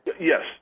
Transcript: Yes